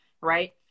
right